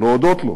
להודות לו